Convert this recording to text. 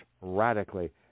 radically